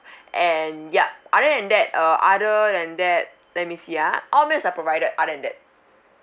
and ya other than that uh other than that let me see ah all meals are provided other than that